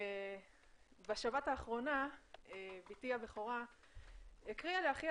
בשבת האחרונה בתי הבכורה הקריאה לאחיה